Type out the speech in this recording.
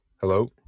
Hello